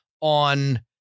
on